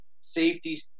safety